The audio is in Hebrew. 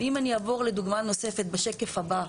אם אני אעבור לדוגמה נוספת בשקף הבא,